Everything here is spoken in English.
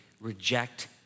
reject